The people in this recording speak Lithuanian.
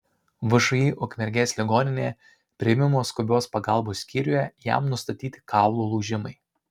všį ukmergės ligoninė priėmimo skubios pagalbos skyriuje jam nustatyti kaulų lūžimai